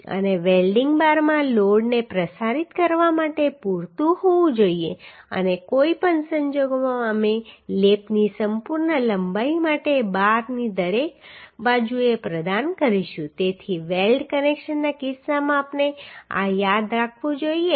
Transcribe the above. અને વેલ્ડીંગ બારમાં લોડને પ્રસારિત કરવા માટે પૂરતું હોવું જોઈએ અને કોઈ પણ સંજોગોમાં અમે લેપની સંપૂર્ણ લંબાઈ માટે બારની દરેક બાજુએ પ્રદાન કરીશું તેથી વેલ્ડ કનેક્શનના કિસ્સામાં આપણે આ યાદ રાખવું જોઈએ